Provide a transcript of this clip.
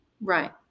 right